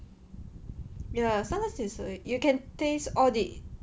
ya sometimes is you can taste all the